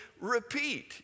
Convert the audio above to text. repeat